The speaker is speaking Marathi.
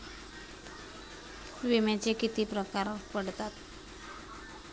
विम्याचे किती प्रकार पडतात?